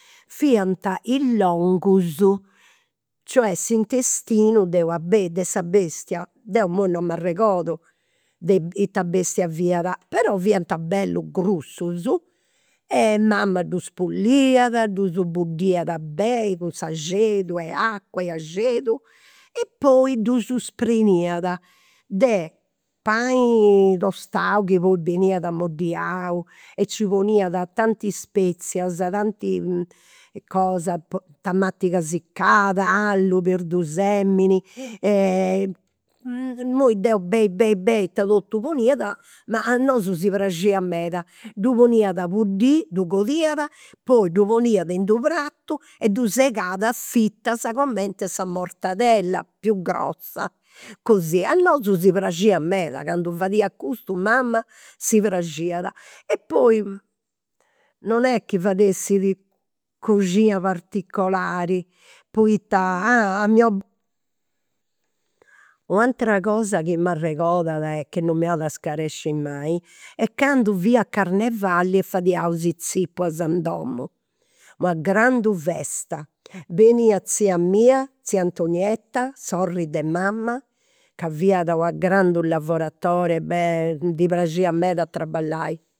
Fiant i' longus, cioè s'intestinu de una, de sa bestia. Deu imui non mi nd'arregodu ita bestia fiat. Però fiant bellus grussus e mama ddus pulliat, ddus buddiat beni cun e acua e axedu. E poi ddus preniat de pani tostai chi poi beniat amoddiau e nci poniat tanti spezias tanti cosa, tamatiga sicada, allu, perdusemini. Imui deu beni beni beni ita totu poniat, ma a nosu si praxiat meda. Ddu poniat a buddiri, ddu codiat poi ddu poniat in d'unu pratu e ddu segat a fitas cumenti sa mortadella, più grossa, così. A nosu si praxiat meda, candu fadiat custu mama si praxiat. E poi non est chi fadessit coxina particolari, poita a mio babbo. U' atera cosa chi m'arregodada e chi non m'at mai est candu fiat carnevali e fadiaus is zipulas in domu. Una grandu festa. Beniat tzia mia, tzia Antonietta, sorri de mama, ca fiat una grandu lavoratore, ddi praxiat meda a traballai